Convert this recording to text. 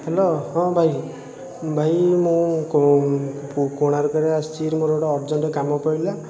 hello ହଁ ଭାଇ ଭାଇ ମୁଁ କୋଣାର୍କରେ ଆସଛି ମୋର ଗୋଟେ ଅରଜେଣ୍ଟ୍ କାମ ପଡ଼ିଲା